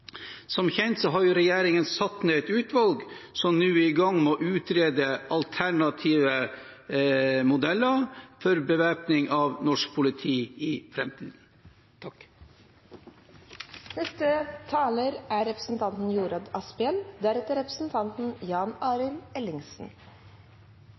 Som kjent har regjeringen satt ned et utvalg som nå er i gang med å utrede alternative modeller for bevæpning av norsk politi i